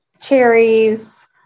cherries